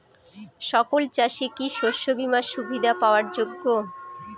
সকল চাষি কি শস্য বিমার সুবিধা পাওয়ার যোগ্য?